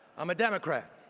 i'm a democrat.